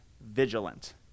vigilant